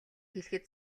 хэлэхэд